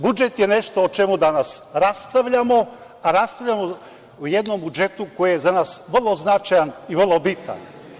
Budžet je nešto o čemu danas raspravljamo, a raspravljamo o jednom budžetu koji je za nas vrlo značajan i vrlo bitan.